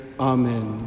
Amen